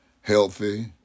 healthy